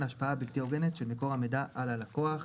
השפעה בלתי הוגנת של מקור המידע על לקוח.